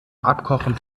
abkochen